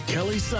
Kelly